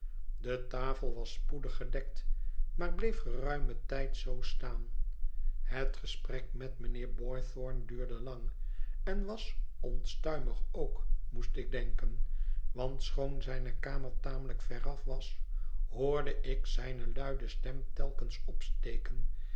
de tafel was spoedig gedekt maar bleef geruimen tijd zoo staan het gesprek met mijnheer boythorn duurde lang en was onstuimig ook moest ik denken want schoon zijne kamer tamelijk veraf was hoorde ik zijne luide stem telkens opsteken